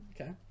okay